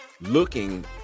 looking